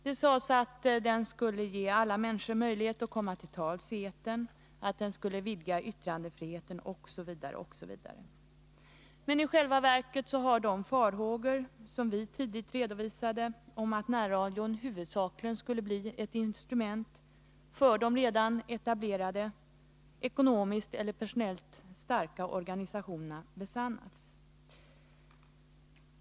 Det sades att den skulle ge alla människor möjlighet att komma till tals i etern, att den skulle vidga yttrandefriheten osv. I själva verket har de farhågor som vi tidigt redovisade — att närradion huvudsakligen skulle bli ett instrument för de redan etablerade, ekonomiskt och personellt starka organisationerna — besannats.